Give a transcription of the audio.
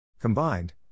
Combined